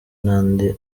n’andi